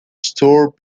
store